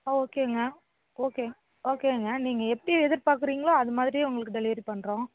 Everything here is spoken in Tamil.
ஓகேங்க ஓகே ஓகேங்க நீங்கள் எப்படி எதிர்பாக்குறீங்களோ அதுமாதிரியே உங்களுக்கு டெலிவரி பண்ணுறோம்